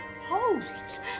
hosts